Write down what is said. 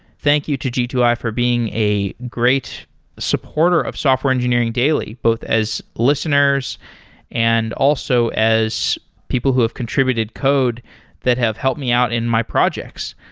thank you to g two i for being a great supporter of software engineering daily, both as listeners and also as people who have contributed code that have helped me out in my projects.